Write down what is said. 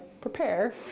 prepare